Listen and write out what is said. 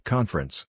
Conference